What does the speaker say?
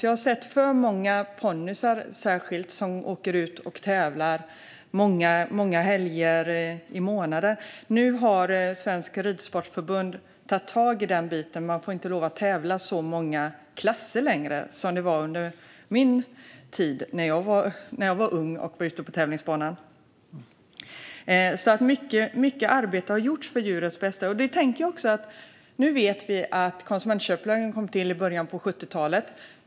Jag har särskilt sett många ponnyer som åker ut och tävlar många helger i månaden. Nu har Svenska Ridsportförbundet tagit tag i detta. Man får inte längre lov att tävla i så många klasser som på min tid, när jag var ung och var ute på tävlingsbanorna. Mycket arbete har alltså gjorts för djurens bästa. Konsumentköplagen kom till i början av 1970-talet.